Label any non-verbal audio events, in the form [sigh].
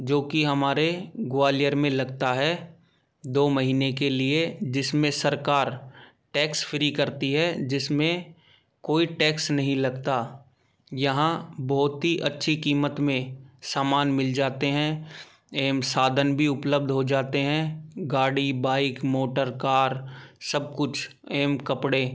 जो कि हमारे ग्वालियर में लगता है दो महीने के लिए जिसमें सरकार टैक्स फ्री करती है जिसमें कोई टैक्स नहीं लगता यहाँ बहुत ही अच्छी कीमत में समान मिल जाते हैं [unintelligible] साधन भी उपलब्ध हो जाते हैं गाड़ी बाइक मोटर कार सब कुछ [unintelligible] कपड़े